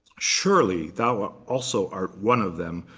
surely thou ah also art one of them,